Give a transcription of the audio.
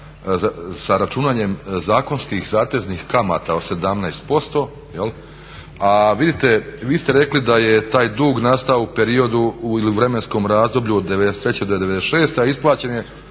sa računanjem zakonskih zateznih kamata od 17%, a vidite vi ste rekli da je taj dug nastao u periodu ili u vremenskom razdoblju od '93. do '96. a isplaćen je